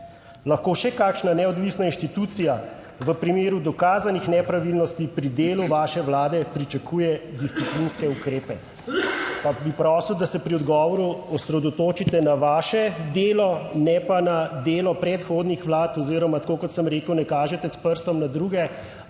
Lahko še kakšna neodvisna inštitucija v primeru dokazanih nepravilnosti pri delu vaše vlade pričakuje disciplinske ukrepe? Pa bi prosil, da se pri odgovoru osredotočite na vaše delo, ne pa na delo predhodnih vlad oziroma da tako, kot sem rekel, ne kažete s prstom na druge,